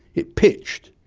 it pitched,